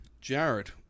Jared